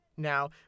Now